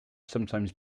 sometimes